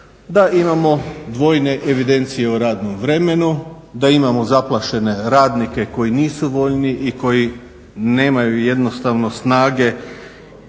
da imamo dvojne evidencije o radnom vremenu, da imamo zaplašene radnike koji nisu voljni i koji nemaju jednostavno snage